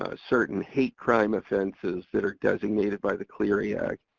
ah certain hate crime offenses that are designated by the clery act.